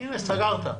הנה, סגרת.